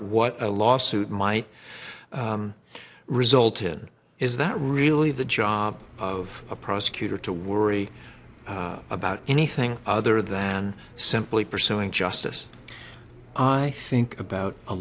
what a lawsuit might result in is that really the job of a prosecutor to worry about anything other than simply pursuing justice i think about a